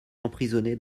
emprisonnés